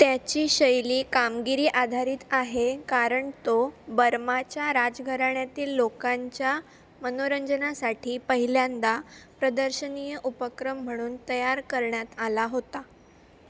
त्याची शैली कामगिरी आधारित आहे कारण तो बर्माच्या राजघराण्यातील लोकांच्या मनोरंजनासाठी पहिल्यांदा प्रदर्शनीय उपक्रम म्हणून तयार करण्यात आला होता